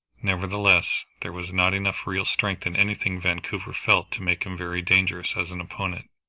nevertheless there was not enough real strength in anything vancouver felt to make him very dangerous as an opponent,